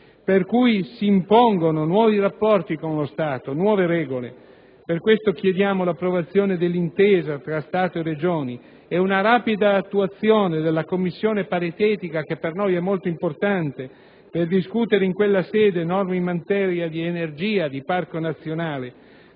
Per cui si impongono nuovi rapporti con lo Stato, nuove regole. Per questo chiediamo l'approvazione dell'intesa fra Stato e Regioni ed una rapida attuazione della commissione paritetica, che per noi è molto importante, per discutere in quella sede norme in materia di energia e di parco nazionale.